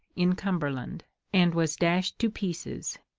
in cumberland, and was dashed to pieces.